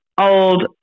old